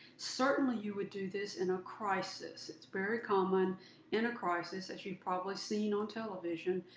certainly, you would do this in a crisis. it's very common in a crisis, as you've probably seen on television,